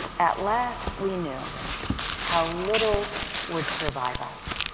at last, we knew how little would survive us,